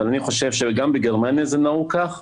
גם בגרמניה זה נהוג כך,